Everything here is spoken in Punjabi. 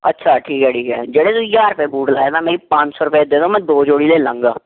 ਅੱਛਾ ਠੀਕ ਹੈ ਠੀਕ ਹੈ ਜਿਹੜੇ ਤੁਸੀਂ ਹਜ਼ਾਰ ਰੁਪਏ ਬੂਟ ਲਾਏ ਨਾ ਮੇਰੀ ਪੰਜ ਸੌ ਰੁਪਏ ਦੇ ਦਿਓ ਮੈਂ ਦੋ ਜੋੜੀ ਲੈ ਲਾਂਗਾ